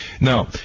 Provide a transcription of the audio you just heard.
now